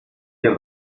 ihr